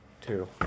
Two